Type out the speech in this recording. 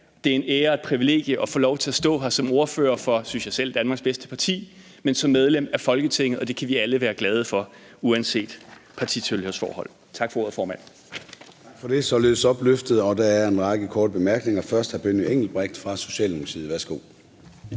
Det er en ære og et privilegie at få lov til at stå her som ordfører for, synes jeg selv, Danmarks bedste parti, men også som medlem af Folketinget, og det kan vi alle være glade for uanset partitilhørsforhold. Tak for ordet, formand.